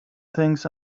things